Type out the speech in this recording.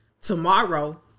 tomorrow